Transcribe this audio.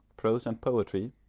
prose and poetry,